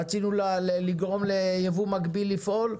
רצינו לגרום ליבוא מקביל לפעול,